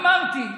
אמרתי.